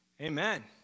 Amen